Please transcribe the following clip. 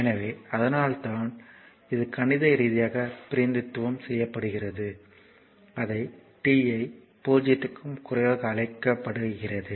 எனவே அதனால்தான் இது கணித ரீதியாக பிரதிநிதித்துவம் செய்யப்படுகிறது அதை t ஐ 0 க்கும் குறைவாக அழைக்கிறது